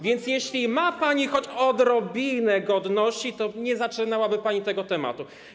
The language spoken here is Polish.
Więc jeśli ma pani choć odrobinę godności, to nie zaczynałaby pani tego tematu.